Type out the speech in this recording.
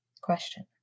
question